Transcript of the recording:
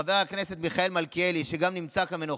חבר הכנסת מיכאל מלכיאלי, שגם נמצא כאן ונוכח,